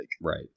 right